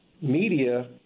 media